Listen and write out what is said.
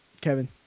Kevin